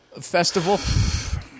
festival